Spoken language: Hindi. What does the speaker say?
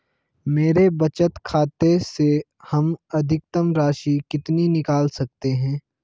मेरे बचत खाते से हम अधिकतम राशि कितनी निकाल सकते हैं?